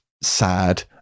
sad